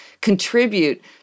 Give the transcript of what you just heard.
contribute